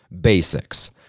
Basics